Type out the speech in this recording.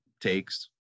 takes